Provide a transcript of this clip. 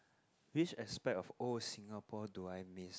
which aspect of old Singapore do I miss